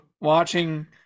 watching